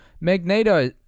Magneto